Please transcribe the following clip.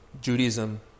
Judaism